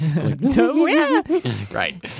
Right